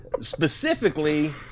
Specifically